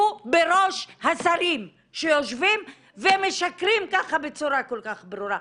בראש השרים שיושבים ומשקרים ככה בצורה כל כך ברורה.